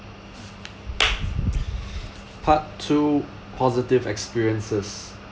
part two positive experiences